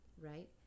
right